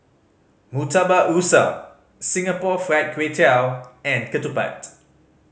Murtabak Rusa Singapore Fried Kway Tiao and ketupat